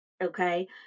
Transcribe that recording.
okay